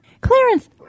Clarence